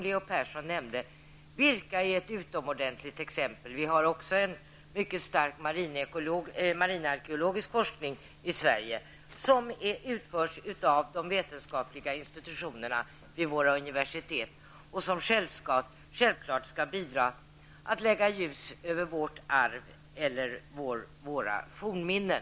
Leo Persson nämnde att Birka är ett utomordentligt exempel. Det finns också en mycket stark marinarkekologisk forskning i Sverige, som utförs av de vetenskapliga institutionerna vid våra universitet och som självfallet skall bidra till att lämna ett ljus över vårt arv, eller våra fornminnen.